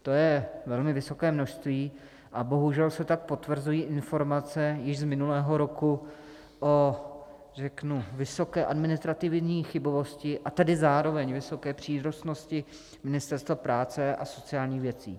To je velmi vysoké množství a bohužel se tak potvrzují informace již z minulého roku o vysoké administrativní chybovosti, a tedy zároveň vysoké Ministerstva práce a sociálních věcí.